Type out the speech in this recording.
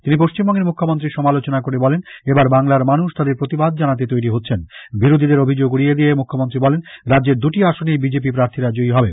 তিনি পশ্চিমবঙ্গের মুখ্যমন্ত্রীর সমালোচনা করে বলেন এবার বাংলার মানুষ তাদের প্রতিবাদ জানাতে তৈরী হচ্ছেন বিরোধীদের অভিযোগ উড়িয়ে দিয়ে মুখ্যমন্ত্রী বলেন রাজ্যের দুটি আসনেই বিজেপি প্রার্থীরা জয়ী হবে